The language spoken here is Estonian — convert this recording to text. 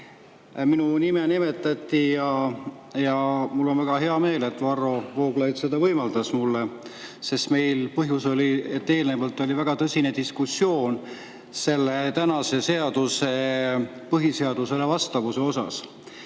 Minu nime nimetati ja mul on väga hea meel, et Varro Vooglaid seda [sõnavõttu] võimaldas mulle. Selle põhjus oli, et eelnevalt oli väga tõsine diskussioon selle tänase seaduse põhiseadusele vastavuse üle.